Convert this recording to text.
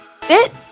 FIT